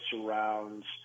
surrounds